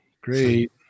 Great